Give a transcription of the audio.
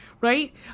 right